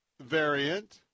variant